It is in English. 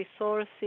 resources